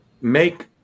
make